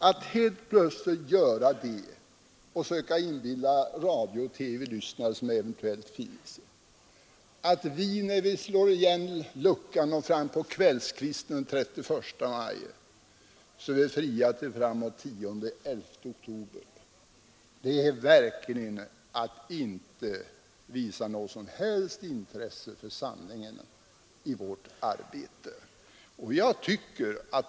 Att helt plötsligt söka inbilla de radiolyssnare och TV-tittare som eventuellt finns att vi, när vi slår igen luckan fram på kvällskvisten den 31 maj, är fria till den 10 eller 11 oktober, är verkligen inte att visa något som helst intresse för sanningen och vårt arbete.